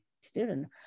student